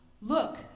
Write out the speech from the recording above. Look